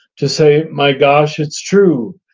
to say my gosh, it's true,